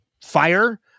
fire